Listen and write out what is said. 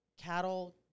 cattle